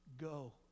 go